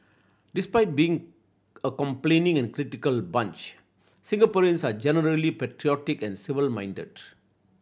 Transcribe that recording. despite being a complaining and critical bunch Singaporeans are generally patriotic and civic minded